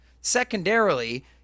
Secondarily